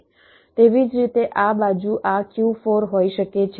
તેવી જ રીતે આ બાજુ આ Q4 હોઈ શકે છે